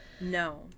No